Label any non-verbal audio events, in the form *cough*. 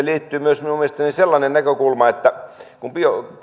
*unintelligible* liittyy myös minun mielestäni sellainen näkökulma että kun